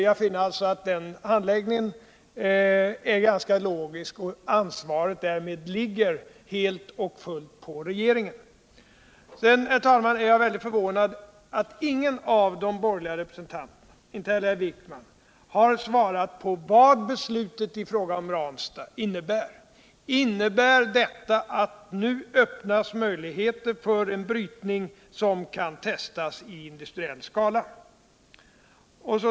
Jag finner att den handläggningen är ganska logisk och att ansvaret därmed helt och hållet ligger på regeringen. Sedan. herr talman, är jag mycket förvånad över att ingen av de borgerliga representanterna — inte heller herr Wijkman — har svarat på vad beslutet i fråga om Ranstad innebär. Innebär det att det nu öppnas möjligheter för en brytning som kan testas i industriell skala?